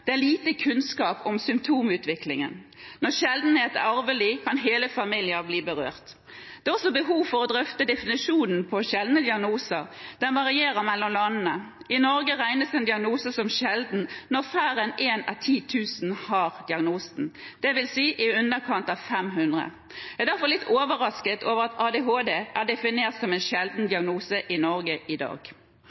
Det er lite kunnskap om symptomutviklingen. Når sjeldenhet er arvelig, kan hele familier bli berørt. Det er også behov for å drøfte definisjonen av «sjelden diagnose». Den varierer mellom landene. I Norge regnes en diagnose som sjelden når færre enn av 10 000 har diagnosen, det vil si i underkant av 500 personer. Jeg er derfor litt overrasket over at ADHD er definert som en sjelden diagnose i Norge i dag.